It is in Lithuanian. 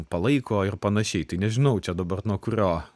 palaiko ir panašiai tai nežinau čia dabar nuo kurio